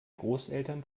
großeltern